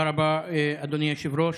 תודה רבה, אדוני היושב-ראש.